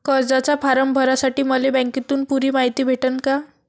कर्जाचा फारम भरासाठी मले बँकेतून पुरी मायती भेटन का?